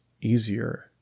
easier